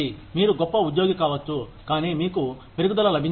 మీరు గొప్ప ఉద్యోగి కావచ్చు కానీ మీకు పెరుగుదల లభించదు